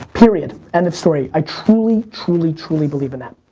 period, end of story. i truly, truly, truly believe in that.